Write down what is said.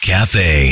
Cafe